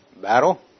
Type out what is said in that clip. battle